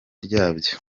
ryabyo